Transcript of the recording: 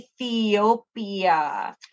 Ethiopia